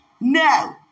No